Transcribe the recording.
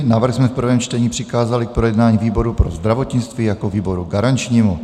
Návrh jsme v prvém čtení přikázali k projednání výboru pro zdravotnictví jako výboru garančnímu.